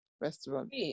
restaurant